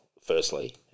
firstly